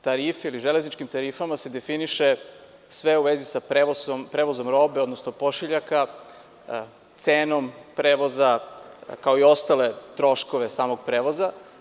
Tarife ili železničkim tarifama se definiše sve u vezi sa prevozom roba, odnosno pošiljaka, cenom prevoza, kao i ostale troškove samog prevoza.